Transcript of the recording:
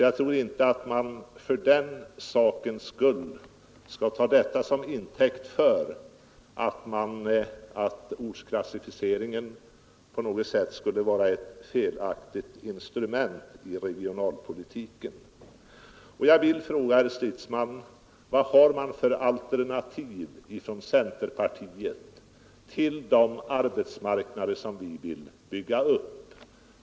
Jag tror — 15 december 1972 inte att man skall ta dem till intäkt för att ortsklassificeringen skulle vara - ett felaktigt instrument i regionalpolitiken. Jag vill fråga herr Stridsman: Vad har centerpartiet för alternativ till de arbetsmarknader som vi vill bygga upp?